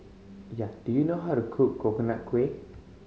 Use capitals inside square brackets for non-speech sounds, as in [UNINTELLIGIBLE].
[UNINTELLIGIBLE] do you know how to cook Coconut Kuih